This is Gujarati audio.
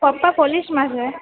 પપ્પા પોલીસમાં છે